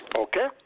Okay